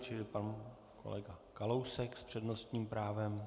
Čili pan kolega Kalousek s přednostním právem.